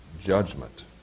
judgment